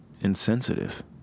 insensitive